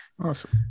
Awesome